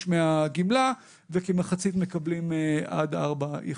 מהגמלה וכמחצית מקבלים עד ארבע יחידות.